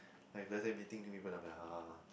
like let's say meeting new people then I'm like ha ha ha